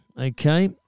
Okay